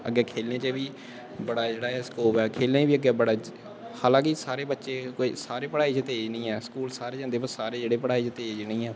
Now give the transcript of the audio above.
अग्गें खेलने च बी ना बड़ा जेह्ड़ा स्कोप ऐ खेलने च बी हालां कि साढ़े बच्चे सारे पढ़ाई च तेज निं ऐं स्कूल सारे जंदे पर सारे पढ़ाई च तेज निं ऐ